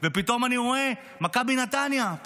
פתאום אני רואה שמכבי נתניה,